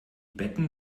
betten